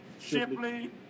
Shipley